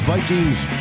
Vikings